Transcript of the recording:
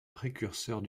précurseurs